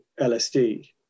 lsd